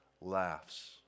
laughs